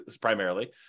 primarily